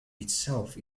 itself